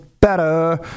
better